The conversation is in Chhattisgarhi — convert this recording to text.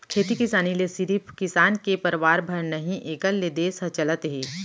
खेती किसानी ले सिरिफ किसान के परवार भर नही एकर ले देस ह चलत हे